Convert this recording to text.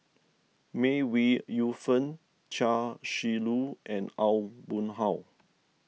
May Ooi Yu Fen Chia Shi Lu and Aw Boon Haw